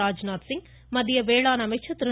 ராஜ்நாத் சிங் மத்திய வேளாண் அமைச்சர் திரு